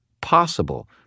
Possible